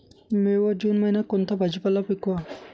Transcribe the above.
मे व जून महिन्यात कोणता भाजीपाला पिकवावा?